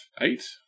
eight